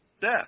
Death